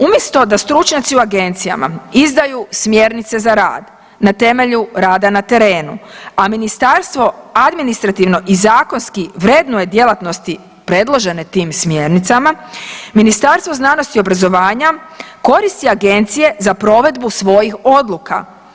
Umjesto da stručnjaci u agencijama izdaju smjernice za rad na temelju rada na terenu, a ministarstvo administrativno i zakonski vrednuje djelatnosti predložene tim smjernicama, Ministarstvo znanosti i obrazovanja koristi agencije za provedbu svojih odluka.